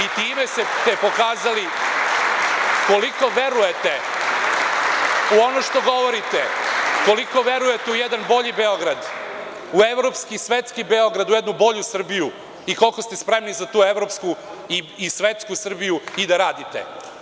I time ste pokazali koliko verujete u ono što govorite, koliko verujete u jedan bolji Beograd, u evropski i svetski Beograd i jednu bolju Srbiju i koliko ste spremni za tu evropsku i svetsku Srbiju i da radite.